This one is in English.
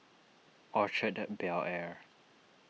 Orchard Bel Air